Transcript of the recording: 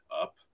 up